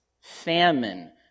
famine